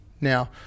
now